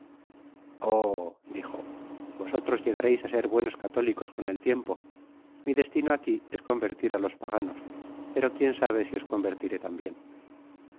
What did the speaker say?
dijo vosotros llegareis á ser buenos católicos on el tiempo mi destino aqui es convertir á los paganos fc pero quién sabe si os convertiré tambien